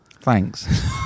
Thanks